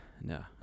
no